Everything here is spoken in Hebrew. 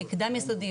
קדם יסודי,